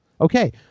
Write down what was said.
Okay